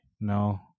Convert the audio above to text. No